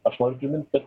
aš noriu primint kad